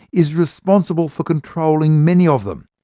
is responsible for controlling many of them,